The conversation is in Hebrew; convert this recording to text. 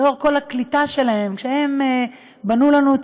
בשל כל הקליטה שלהם: כשהם בנו לנו את